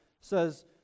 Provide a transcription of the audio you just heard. says